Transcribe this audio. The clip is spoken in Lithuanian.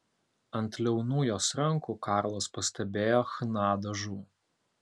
ant liaunų jos rankų karlas pastebėjo chna dažų